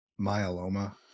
myeloma